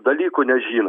dalykų nežino